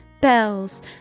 bells